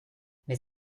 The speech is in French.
mais